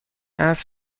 عصر